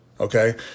Okay